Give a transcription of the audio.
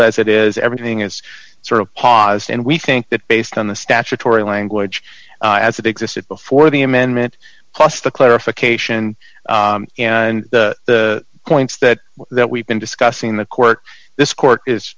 as it is everything is sort of paused and we think that based on the statutory language as it existed before the amendment plus the clarification and the points that that we've been discussing in the court this court is